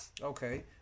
okay